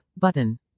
button